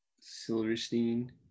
Silverstein